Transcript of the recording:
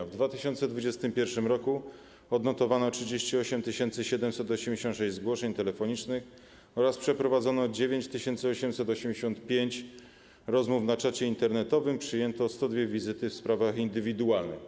W 2021 r. odnotowano 38 786 zgłoszeń telefonicznych oraz przeprowadzono 9885 rozmów na czacie internetowym, przyjęto 102 wizyty w sprawach indywidualnych.